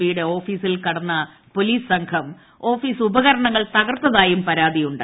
പിയുടെ ഓഫീസിൽ കടന്ന പോലീസ് സംഘം ഓഫീസുപകരണങ്ങൾ തകർത്തായും പരാതിയുണ്ട്